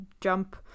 jump